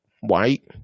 White